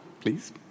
Please